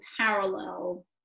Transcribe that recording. parallel